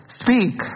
speak